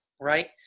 right